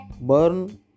Burn